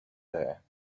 there